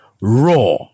raw